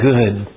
good